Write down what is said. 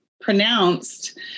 pronounced